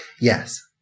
Yes